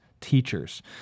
teachers